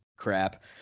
crap